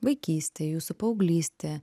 vaikystę jūsų paauglystę